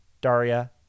Daria